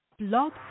blog